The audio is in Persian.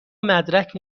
مدرک